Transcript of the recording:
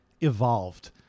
evolved